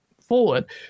forward